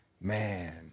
man